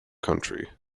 country